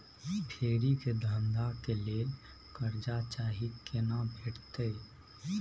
फेरी के धंधा के लेल कर्जा चाही केना भेटतै?